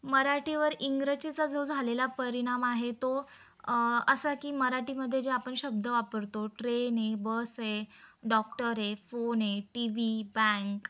मराठीवर इंग्रजीचा जो झालेला परिणाम आहे तो असा की मराठीमध्ये जे आपण शब्द वापरतो ट्रेन आहे बस आहे डॉक्टर आहे फोन आहे टी व्ही बँक